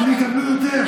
נכון, הם יקבלו יותר.